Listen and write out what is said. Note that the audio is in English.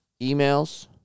Emails